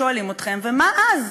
שואלים אתכם: ומה אז?